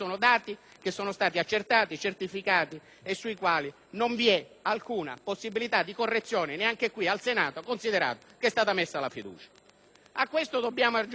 Sono dati accertati e certificati e sui quali non vi è alcuna possibilità di correzione neanche qui in Senato, considerato che è stata posta la fiducia. A ciò dobbiamo aggiungere